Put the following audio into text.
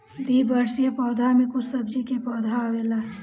द्विवार्षिक पौधा में कुछ सब्जी के पौधा आवेला